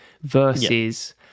versus